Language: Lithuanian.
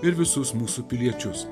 ir visus mūsų piliečius